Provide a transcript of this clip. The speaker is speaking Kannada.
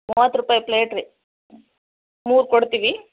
ಮೂವತ್ತು ರೂಪಾಯಿ ಪ್ಲೇಟ್ ರೀ ಮೂರು ಕೊಡ್ತೀವಿ